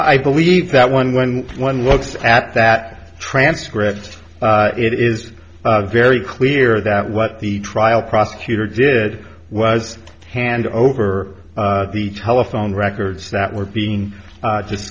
i believe that one when one looks at that transcript it is very clear that what the trial prosecutor did was hand over the telephone records that were being